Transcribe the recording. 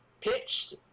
pitched